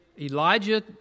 Elijah